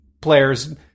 players